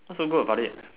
so good about it